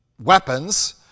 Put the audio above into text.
weapons